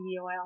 oil